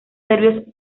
serbios